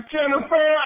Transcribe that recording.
Jennifer